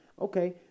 Okay